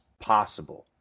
possible